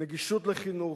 נגישות לחינוך,